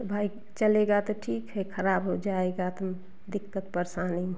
तो भाई चलेगा तो ठीक है ख़राब हो जाएगा तो दिक्कत परेशानी